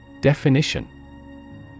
Definition